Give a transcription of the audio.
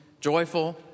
Joyful